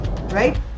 right